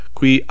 Qui